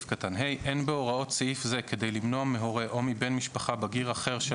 (ה)אין בהוראות סעיף זה כדי למנוע מהורה או מבן משפחה בגיר אחר של